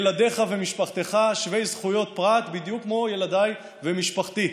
ילדיך ומשפחתך שווי זכויות פרט בדיוק כמו ילדיי ומשפחתי.